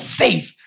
faith